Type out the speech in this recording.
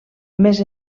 més